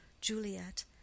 Juliet